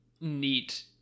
neat